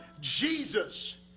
Jesus